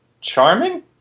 Charming